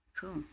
Cool